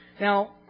Now